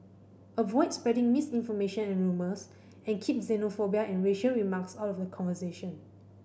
avoid spreading misinformation and rumours and keep xenophobia and racial remarks out of the conversation